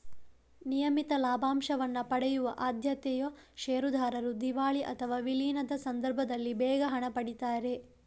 ನಿಯಮಿತ ಲಾಭಾಂಶವನ್ನ ಪಡೆಯುವ ಆದ್ಯತೆಯ ಷೇರುದಾರರು ದಿವಾಳಿ ಅಥವಾ ವಿಲೀನದ ಸಂದರ್ಭದಲ್ಲಿ ಬೇಗ ಹಣ ಪಡೀತಾರೆ